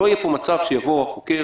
לא יהיה פה מצב שיבוא החוקר,